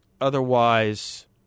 otherwise